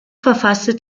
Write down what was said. verfasste